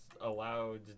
allowed